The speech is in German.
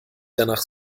danach